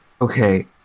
Okay